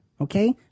okay